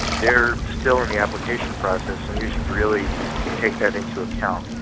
they're still in the application process and you should really take that into account.